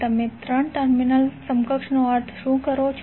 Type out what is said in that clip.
તમે 3 ટર્મિનલ સમકક્ષનો અર્થ શું કરો છો